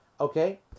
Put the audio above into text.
okay